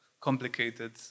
complicated